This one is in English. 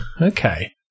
Okay